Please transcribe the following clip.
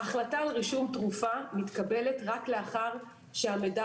ההחלטה על רישום תרופה מתקבלת רק לאחר שהמידע